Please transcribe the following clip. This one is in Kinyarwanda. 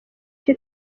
icyo